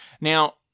Now